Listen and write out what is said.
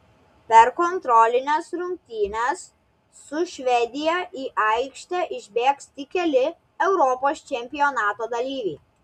per kontrolines rungtynes su švedija į aikštę išbėgs tik keli europos čempionato dalyviai